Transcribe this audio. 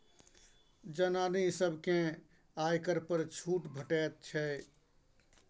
जनानी सभकेँ आयकर पर छूट भेटैत छै